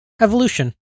Evolution